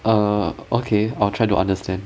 err okay I will try to understand